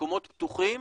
מקומות פתוחים,